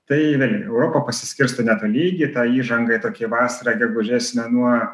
tai vėlgi europa pasiskirsto netolygiai tą įžangą tokia vasara gegužės mėnuo